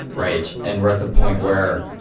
right? and we're at the point where,